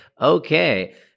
Okay